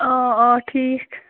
آ آ ٹھیٖک